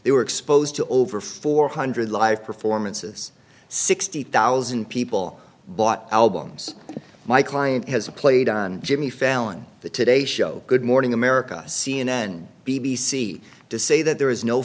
they were exposed to over four hundred live performances sixty thousand people bought albums my client has played on jimmy fallon the today show good morning america c n n b b c to say that there is no